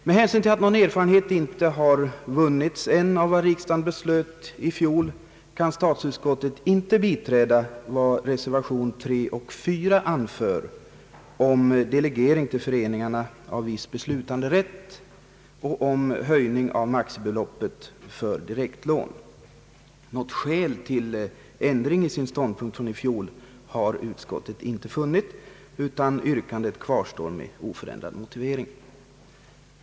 Med hänsyn till att någon erfarenhet ännu inte har vunnits av vad riksdagen beslöt i fjol kan statsutskottet inte biträda vad reservationerna 3 och 4 yrkar om delegering till föreningarna av viss beslutanderätt och om höjning av maximibeloppet för direktlån. Något skäl till ändring i sin ståndpunkt från i fjol har utskottet inte funnit. Dess yrkande kvarstår med oförändrad motivering.